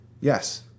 Yes